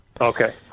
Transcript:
Okay